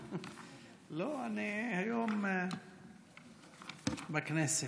לא, אני היום בכנסת.